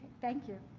thank you.